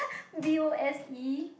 B_O_S_E